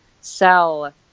sell